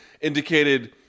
indicated